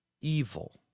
evil